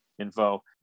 info